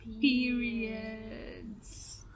periods